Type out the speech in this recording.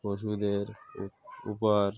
পশুদের ওপর